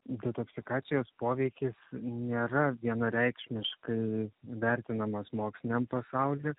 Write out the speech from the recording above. indotoksikacijos poveikis nėra vienareikšmiškai vertinamas moksliniam pasauly